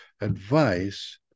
advice